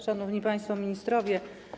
Szanowni Państwo Ministrowie!